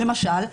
למשל,